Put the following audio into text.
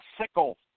sickle